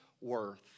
worth